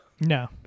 No